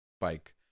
bike